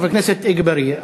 וחבר הכנסת אגבאריה,